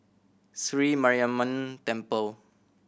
Sri Mariamman Temple